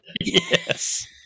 Yes